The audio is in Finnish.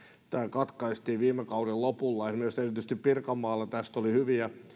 katkaistiin viime kauden lopulla esimerkiksi erityisesti pirkanmaalla tästä oli